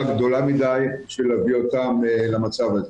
גדולה מדי בשביל להביא אותם למצב הזה.